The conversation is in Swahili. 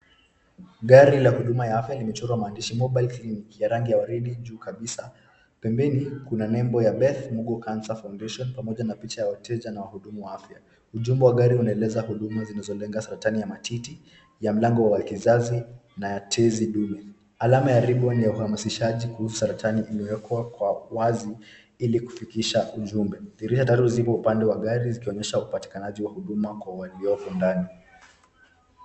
Gari la huduma ya afya limechorwa maandishi mobile clinic , ya rangi ya waridi juu kabisa. Pembeni, kuna nembo ya Beth Mugo Cancer Foundation, pamoja na picha ya wateja na wahudumu wa afya. Ujumbe wa gari unaeleza huduma zinazolenga saratani ya matiti, ya mlango wa kizazi, na ya tezi dume. Alama ya ribbon ni ya uhamasishaji kuhusu saratani imewekwa kwa wazi, ili kufikisha ujumbe. Dirisha tatu zipo upande wa gari zikionyesha upatikanaji wa huduma kwa waliopo ndani.